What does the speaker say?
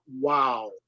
wow